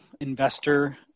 investor